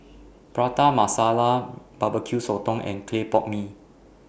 Prata Masala Barbecue Sotong and Clay Pot Mee